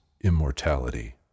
immortality